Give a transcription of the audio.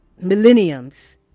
millenniums